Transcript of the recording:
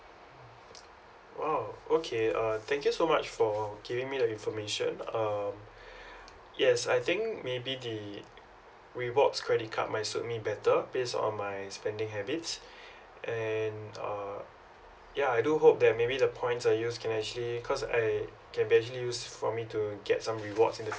!wow! okay uh thank you so much for giving me the information um yes I think maybe the rewards credit card might suit me better based on my spending habits and uh ya I do hope that maybe the points I use can actually cause I can be actually use for me to get some rewards in the